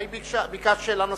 האם ביקשת שאלה נוספת?